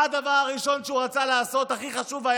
מה הדבר הראשון שהוא רצה לעשות, שהיה לו הכי חשוב,